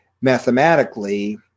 mathematically